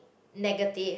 negative